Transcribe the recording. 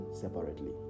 separately